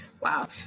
Wow